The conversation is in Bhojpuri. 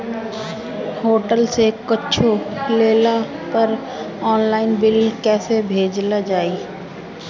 होटल से कुच्छो लेला पर आनलाइन बिल कैसे भेजल जाइ?